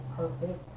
perfect